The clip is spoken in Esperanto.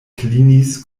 klinis